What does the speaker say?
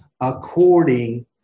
According